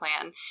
plan